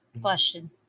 question